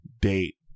date